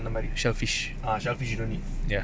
ah shellfish ya